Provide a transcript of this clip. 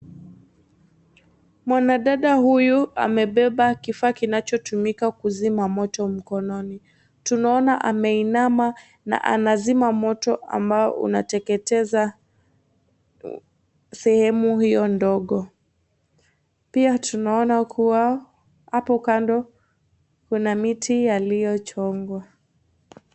Mwanadada huyu amebeba kifaa kinachotumika kuzima moto mkononi. Tunaona ameinama na anazima moto ambao unateketeza sehemu hiyo ndogo. Pia tunaona kuwa hapo kando kuna miti yaliyochongwa.